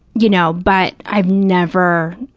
you know, but i've never,